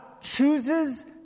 chooses